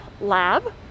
lab